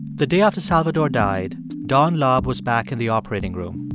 the day after salvatore died, don laub was back in the operating room.